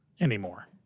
anymore